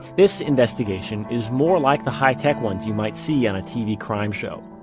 this investigation is more like the high-tech ones you might see on tv crime shows,